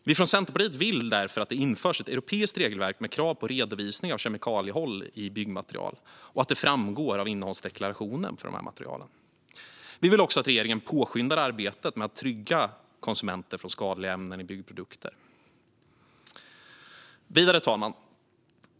Vi från Centerpartiet vill därför att det införs ett europeiskt regelverk med krav på redovisning av kemikalieinnehåll i byggmaterial och att detta framgår av innehållsdeklarationen för materialen. Vi vill också att regeringen påskyndar arbetet med att trygga konsumenter från skadliga ämnen i byggprodukter. Fru talman!